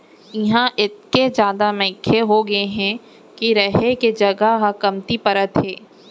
इहां अतेक जादा मनखे होगे हे के रहें के जघा ह कमती परत हे